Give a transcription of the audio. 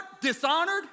dishonored